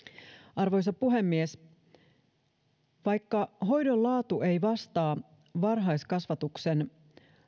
arvoisa puhemies vaikka hoidon laatu ei vastaa varhaiskasvatuksen